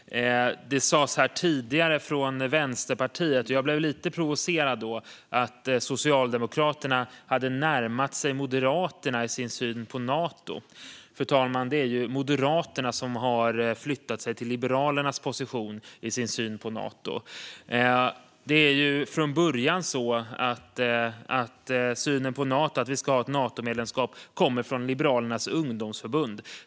Det sas här tidigare från Vänsterpartiet, vilket gjorde mig lite provocerad, att Socialdemokraterna hade närmat sig Moderaterna i sin syn på Nato. Det är ju Moderaterna, fru talman, som har flyttat sig till Liberalernas position i sin syn på Nato. Från början kommer synen att vi ska ha ett Natomedlemskap från Liberalernas ungdomsförbund.